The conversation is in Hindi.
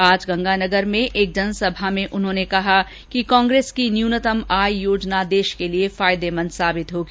आज गंगानगर में एक जनसभा में उन्होंने कहा कि कांग्रेस की न्यूनतम आय योजना देश के लिए फायदेमंद साबित होगी